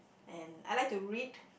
and I like to read